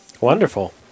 Wonderful